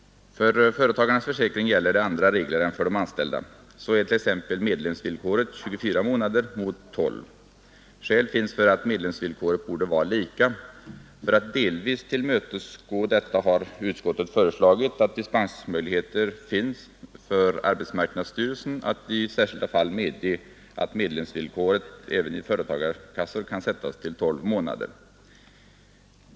För företagares försäkring gäller andra regler än för anställdas. Så t.ex. är medlemsvillkoret 24 månader mot 12 månader för anställda. Skäl finns för att medlemsvillkoren borde vara lika. För att delvis tillmötesgå detta önskemål har utskottet föreslagit att dispensmöjligheter skall finnas för arbetsmarknadsstyrelsen, så att denna i särskilda fall kan medge att medlemsvillkoret även i företagarkassor kan sättas till 12 månader.